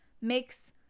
makes